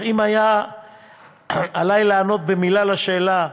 אך אם היה עלי לענות במילה על השאלה: